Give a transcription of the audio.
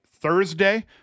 thursday